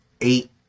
eight